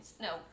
No